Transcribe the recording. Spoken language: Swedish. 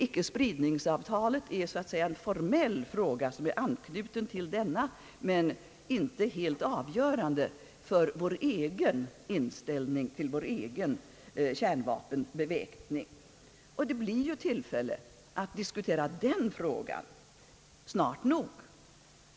Icke-spridningsavtalet är så att säga en formell fråga, som är anknuten till denna stora fråga men som inte är helt avgörande för inställningen till den som berör vår egen kärnvapenbeväpning. Det blir ju tillfälle att diskutera den frågan snart nog.